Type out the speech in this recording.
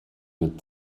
mit